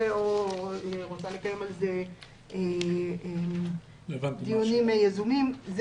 או היא רוצה לקיים על זה דיונים יזומים.